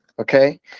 Okay